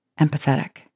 empathetic